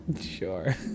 Sure